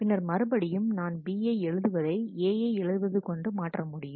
பின்னர் மறுபடியும் நான் B யை எழுதுவதை A யை எழுதுவது கொண்டு மாற்ற முடியும்